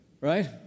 right